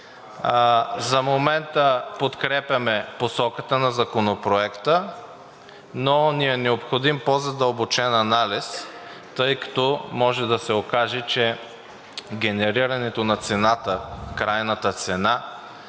За момента подкрепяме посоката на Законопроекта, но ни е необходим по-задълбочен анализ, тъй като може да се окаже, че генерирането на цената – крайната цена,